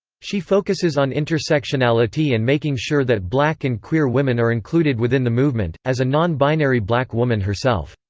she focuses on intersectionality and making sure that black and queer women are included within the movement, as a non-binary black woman herself.